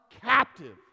captive